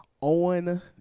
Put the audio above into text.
on